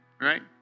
Right